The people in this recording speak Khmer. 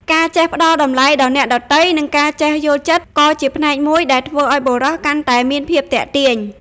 ការចេះផ្តល់តម្លៃដល់អ្នកដទៃ និងការចេះយល់ចិត្ត ក៏ជាផ្នែកមួយដែលធ្វើឲ្យបុរសកាន់តែមានភាពទាក់ទាញ។